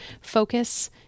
focus